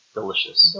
Delicious